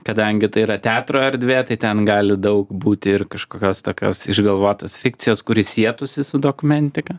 kadangi tai yra teatro erdvė tai ten gali daug būti ir kažkokios tokios išgalvotos fikcijos kuri sietųsi su dokumentika